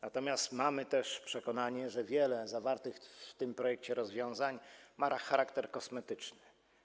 Natomiast mamy też przekonanie, że wiele zawartych w tym projekcie rozwiązań ma charakter kosmetyczny.